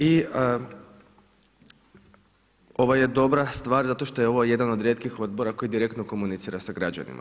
I ovo je dobra stvar zato što je ovo jedan od rijetkih odbora koji direktno komunicira sa građanima.